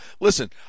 Listen